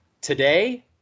Today